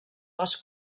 les